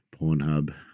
Pornhub